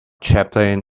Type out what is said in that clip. chaplain